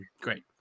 Great